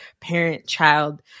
parent-child